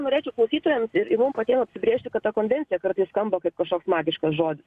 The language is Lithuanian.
norėčiau klausytojam ir mum patiem apsibrėžti kad ta konvencija kartais skamba kaip kažkoks magiškas žodis